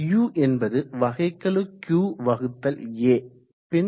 u என்பது வகைக்கெழு Q வகுத்தல் A